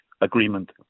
Agreement